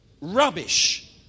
rubbish